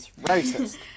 racist